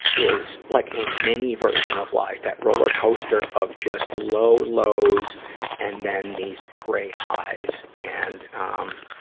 is like a mini version of life, that roller coaster of just low lows and then these great highs. and, um,